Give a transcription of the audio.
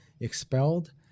expelled